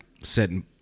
setting